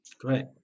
Great